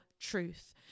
truth